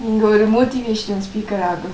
நீங்க ஒறு:neengka oru motivational speaker ஆகலாம்:aagalaam